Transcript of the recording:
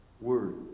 word